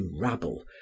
rabble